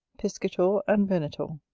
piscator and venator